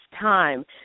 time